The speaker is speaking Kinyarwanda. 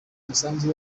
umusanzu